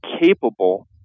capable